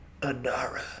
anara